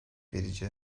verici